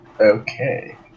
Okay